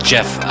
Jeff